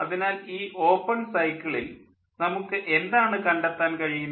അതിനാൽ ഈ ഓപ്പൺ സൈക്കിളിൽ നമുക്ക് എന്താണ് കണ്ടെത്താൻ കഴിയുന്നത്